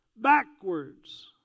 backwards